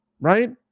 right